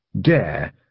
dare